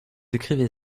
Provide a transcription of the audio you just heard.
écrivez